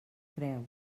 creu